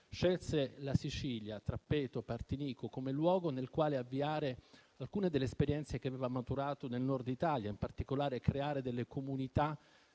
scelse la Sicilia, tra Trappeto e Partinico, come luogo nel quale avviare alcune delle esperienze che aveva maturato nel Nord Italia, in particolare creare delle comunità